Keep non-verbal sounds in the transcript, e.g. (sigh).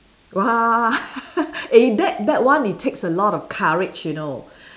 !wah! (laughs) eh that that one it takes a lot of courage you know